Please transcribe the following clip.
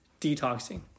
detoxing